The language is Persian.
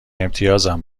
امتیازم